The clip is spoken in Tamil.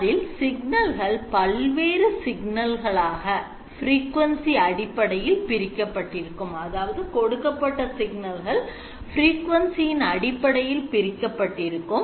அதில் சிக்னல்கள் பல்வேறு சிக்னல்களாக frequency அடிப்படையில் பிரிக்கப்பட்டிருக்கும்